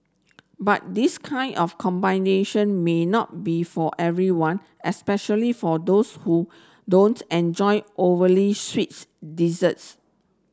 but this kind of combination may not be for everyone especially for those who don't enjoy overly sweets desserts